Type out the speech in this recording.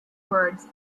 words